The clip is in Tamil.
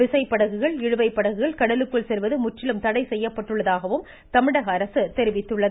விசைப்படகுகள் இழுவை படகுகள் கடலுக்குள் செல்வது முற்றிலும் தடை செய்யப்பட்டுள்ளதாகவும் தமிழக அரசு தெரிவித்துள்ளது